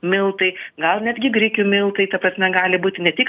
miltai gal netgi grikių miltai ta prasme gali būti ne tik